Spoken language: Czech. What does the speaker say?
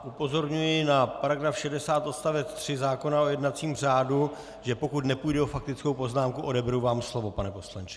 Upozorňuji na § 60 odst. 3 zákona o jednacím řádu, že pokud nepůjde o faktickou poznámku, odeberu vám slovo, pane poslanče.